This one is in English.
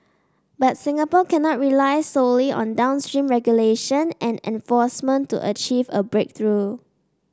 but Singapore cannot rely solely on downstream regulation and enforcement to achieve a breakthrough